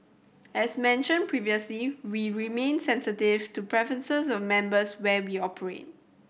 as mentioned previously we remain sensitive to preferences of members where we operate